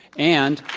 and